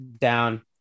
down